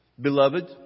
Beloved